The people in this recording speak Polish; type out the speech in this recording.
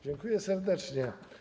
Dziękuję serdecznie.